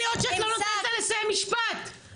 זה זכויות אדם.